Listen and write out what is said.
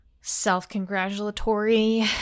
self-congratulatory